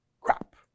crap